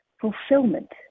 fulfillment